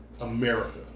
America